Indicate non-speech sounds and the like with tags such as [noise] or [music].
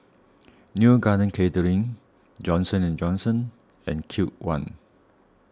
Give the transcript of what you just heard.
[noise] Neo Garden Catering Johnson and Johnson and Cube one